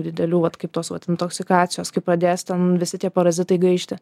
didelių vat kaip tos vat intoksikacijos kai pradės ten visi tie parazitai gaišti